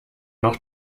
noch